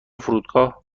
فرودگاه